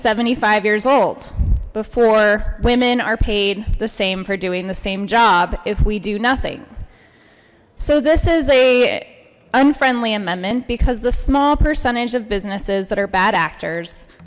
seventy five years old before women are paid the same for doing the same job if we do nothing so this is a unfriendly amendment because the small percentage of businesses that are bad actors